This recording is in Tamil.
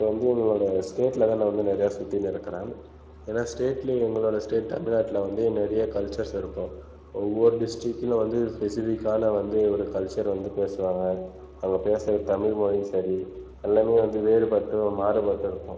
இப்போது வந்து எங்களோடய ஸ்டேட்லெவல் தான் நான் வந்து சுத்தின்னு இருக்குறேன் ஏன்னா ஸ்டேட்லே எங்களோட ஸ்டேட் தமிழ்நாட்டில் வந்து நிறைய கல்ச்சர்ஸ் இருக்கும் ஒவ்வொரு டிஸ்ர்டிக்லயும் பெசிபிக்காக நான் வந்து ஒரு கல்ச்சர் வந்து பேசுவாங்கள் அவங்க பேசுகிற தமிழ் மொழியும் சரி எல்லாமே வந்து வேறுபட்டும் மாறுபட்டு இருக்கும்